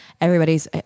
Everybody's